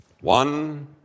one